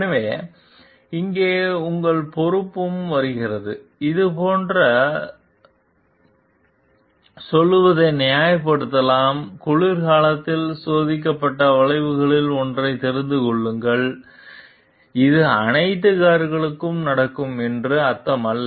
எனவே இங்கே உங்கள் பொறுப்பும் வருகிறது இது போன்ற சொல்லுவதை நியாயப்படுத்தலாம் குளிர்காலத்தில் சோதிக்கப்பட்ட வளைவுகளில் ஒன்றைத் தெரிந்து கொள்ளுங்கள் இது அனைத்து கார்களுக்கும் நடக்கும் என்று அர்த்தமல்ல